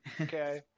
okay